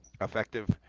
effective